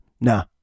Nah